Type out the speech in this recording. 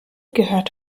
gehört